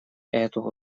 эту